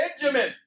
Benjamin